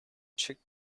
checkt